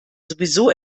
sowieso